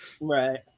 Right